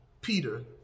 Peter